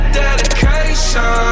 dedication